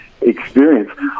experience